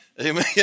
Amen